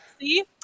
see